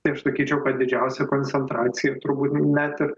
tai aš sakyčiau kad didžiausia koncentracija turbūt net ir